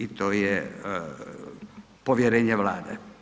I to je povjerenje Vlade.